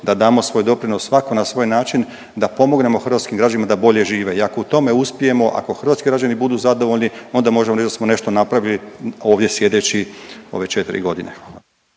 da damo svoj doprinos, svako na svoj način, da pomognemo hrvatskim građanima da bolje žive i ako u tome uspijemo, ako hrvatski građani budu zadovoljni, onda možemo reći da smo nešto napravili ovdje sjedeći ove 4 godine.